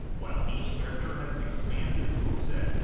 while each character has an expansive moveset,